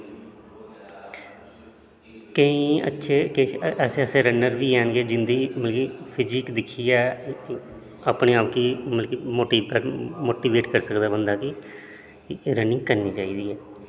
केईं अच्छे किश ऐसे ऐसे रनर बी हैन जिन्दी मतलब कि फजीक दिक्खियै अपने आप गी मतलब कि मोटी मोटीवेट करी सकदा बंदा कि रनिंग करनी चाहिदी ऐ